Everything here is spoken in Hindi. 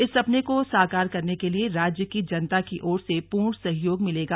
इस सपने को साकार करने के लिए राज्य की जनता की ओर से पूर्ण सहयोग मिलेगा